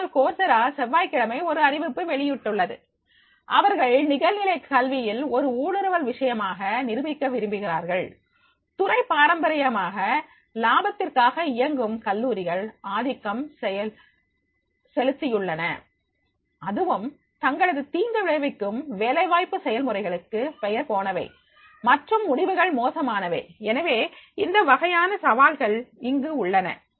ஆனால் கோர்ஸ் இராசெவ்வாய்க்கிழமை ஒரு அறிவிப்பு வெளியிட்டுள்ளதுஅவர்கள் நிகழ்நிலை கல்வியில் ஒரு ஊடுருவல் விஷயமாக நிரூபிக்க விரும்புகிறார்கள் துறை பாரம்பரியமாக லாபத்திற்காக இயங்கும் கல்லூரிகள் ஆதிக்கம் செலுத்தியுள்ளன அதுவும் தங்களது தீங்கு விளைவிக்கும் வேலைவாய்ப்பு செயல்முறைகளுக்கு பெயர் போனவை மற்றும் முடிவுகள் மோசமானவை எனவே இந்த வகையான சவால்கள் இங்கு உள்ளன